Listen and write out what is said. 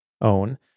own